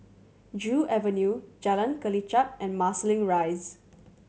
Joo Avenue Jalan Kelichap and Marsiling Rise